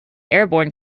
airborne